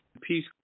peace